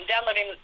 downloading